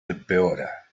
empeora